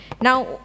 Now